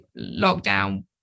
lockdown